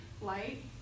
Light